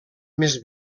més